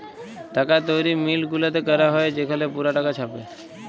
টাকা তৈরি মিল্ট গুলাতে ক্যরা হ্যয় সেখালে পুরা টাকা ছাপে